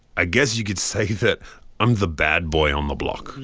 i guess you could say that i'm the bad boy on the block.